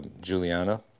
Juliana